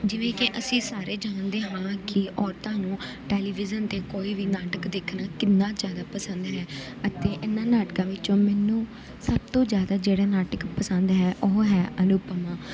ਜਿਵੇਂ ਕਿ ਅਸੀਂ ਸਾਰੇ ਜਾਣਦੇ ਹਾਂ ਕਿ ਔਰਤਾਂ ਨੂੰ ਟੈਲੀਵਿਜ਼ਨ 'ਤੇ ਕੋਈ ਵੀ ਨਾਟਕ ਦੇਖਣਾ ਕਿੰਨਾ ਜ਼ਿਆਦਾ ਪਸੰਦ ਹੈ ਅਤੇ ਇਹਨਾਂ ਨਾਟਕਾਂ ਵਿੱਚੋਂ ਮੈਨੂੰ ਸਭ ਤੋਂ ਜ਼ਿਆਦਾ ਜਿਹੜਾ ਨਾਟਕ ਪਸੰਦ ਹੈ ਉਹ ਹੈ ਅਨੁਪਮਾ